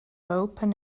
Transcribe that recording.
open